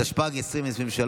התשפ"ג 2023,